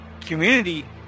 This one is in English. community